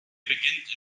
beginnt